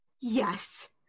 Yes